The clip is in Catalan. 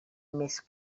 més